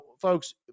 folks